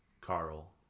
Carl